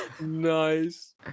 Nice